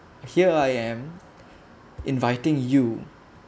here I am inviting you